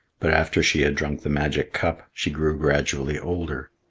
but after she had drunk the magic cup she grew gradually older.